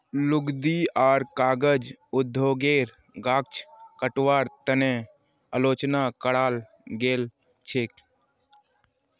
लुगदी आर कागज उद्योगेर गाछ कटवार तने आलोचना कराल गेल छेक